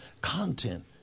Content